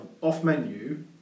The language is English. off-menu